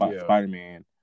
Spider-Man